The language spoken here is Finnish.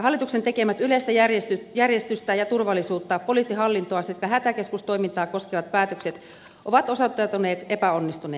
hallituksen tekemät yleistä järjestystä ja turvallisuutta poliisihallintoa sekä hätäkeskustoimintaa koskevat päätökset ovat osoittautuneet epäonnistuneiksi